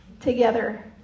together